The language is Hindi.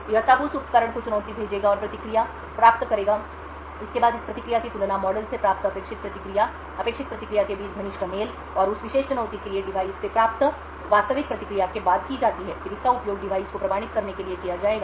यह तब इस उपकरण को चुनौती भेजेगा और प्रतिक्रिया प्राप्त करेगा इसके बाद इस प्रतिक्रिया की तुलना मॉडल से प्राप्त अपेक्षित प्रतिक्रिया अपेक्षित प्रतिक्रिया के बीच घनिष्ठ मेल और उस विशेष चुनौती के लिए डिवाइस से प्राप्त वास्तविक प्रतिक्रिया के बाद की जाती है फिर इसका उपयोग डिवाइस को प्रमाणित करने के लिए किया जाएगा